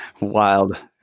Wild